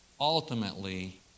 Ultimately